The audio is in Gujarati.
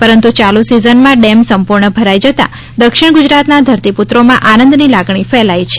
પરંતુ યાલુ સીઝનમાં ડેમ સંપૂર્ણ ભરાઇ રહેવાને લઇને દક્ષિણ ગુજરાતના ધરતીપુત્રોમાં આનંદની લાગણી ફેલાઇ છે